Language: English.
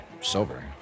sober